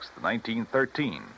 1913